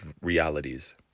realities